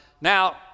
Now